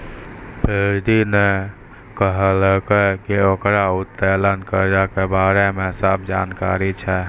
प्रीति ने कहलकै की ओकरा उत्तोलन कर्जा के बारे मे सब जानकारी छै